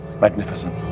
magnificent